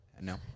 No